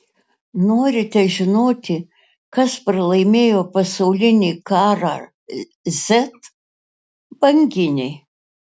norite žinoti kas pralaimėjo pasaulinį karą z banginiai